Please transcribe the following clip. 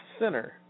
center